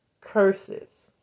curses